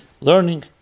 learning